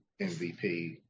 MVP